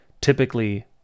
Typically